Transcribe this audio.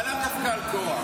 אבל לאו דווקא על קרח.